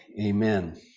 Amen